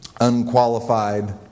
unqualified